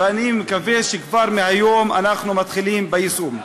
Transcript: ואני מקווה שכבר מהיום אנחנו מתחילים ביישום.